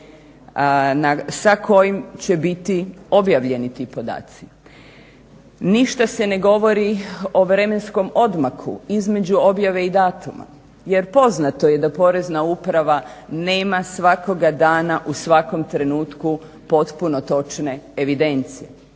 sa kojim će biti objavljeni ti podaci, ništa se ne govori o vremenskom odmaku između objave i datuma jer poznato je da porezna uprava nema svakoga dana u svakom trenutku potpuno točne evidencije.